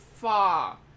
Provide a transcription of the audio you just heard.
far